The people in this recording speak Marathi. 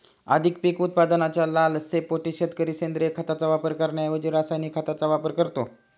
अधिक पीक उत्पादनाच्या लालसेपोटी शेतकरी सेंद्रिय खताचा वापर करण्याऐवजी रासायनिक खतांचा वापर करतो